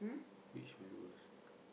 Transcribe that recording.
which mee-rebus